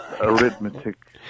arithmetic